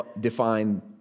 define